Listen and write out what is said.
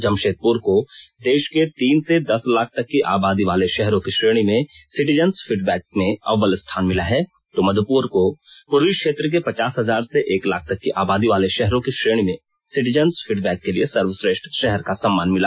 जमशेदपुर को देश के तीन से दस लाख तक की आबादीवाले शहरों की श्रेणी में सिटीजंस फीडबैक में अव्वल स्थान मिला है तो मध्यपुर को पूर्वी क्षेत्र को पचास हजार से एक लाख तक की आबादी वाले शहरों की श्रेणी में सिटीजंस फीडबैक के लिए सर्वेश्रेष्ठ शहर का सम्मान मिला